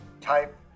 type